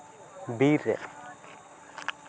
ᱵᱤᱨ ᱨᱮ